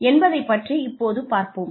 என்பதைப் பற்றி இப்போது பார்ப்போம்